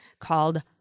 called